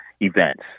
events